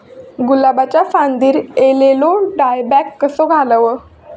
गुलाबाच्या फांदिर एलेलो डायबॅक कसो घालवं?